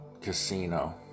Casino